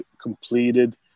completed